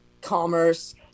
commerce